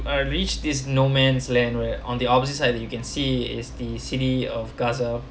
I reached this no man's land where on the opposite side you can see is the city of gaza